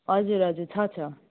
हजुर हजुर छ छ